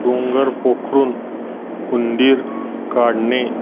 डोंगर पोखरून उंदीर काढणे